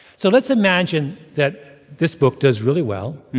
so let's imagine that this book does really well.